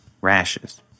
rashes